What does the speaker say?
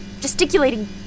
gesticulating